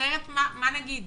אחרת מה נגיד,